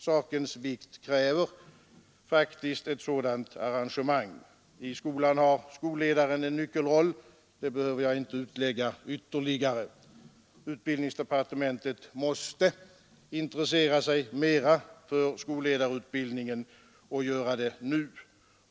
Sakens vikt kräver faktiskt ett sådant arrangemang. I skolan har skolledaren en nyckelroll. Jag behöver inte utlägga detta ytterligare. Utbildningsdepartementet måste intressera sig mera för skolledarutbildningen och göra det nu.